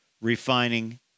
refining